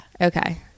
okay